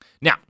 Now